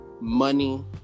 money